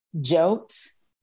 jokes